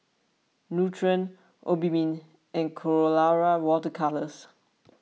Nutren Obimin and Colora Water Colours